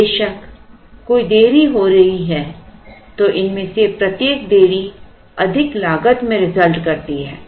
बेशक कोई देरी हो रही है तो इनमें से प्रत्येक देरी अधिक लागत में result करती है